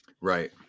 Right